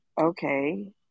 okay